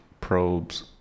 probes